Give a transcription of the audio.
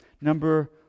Number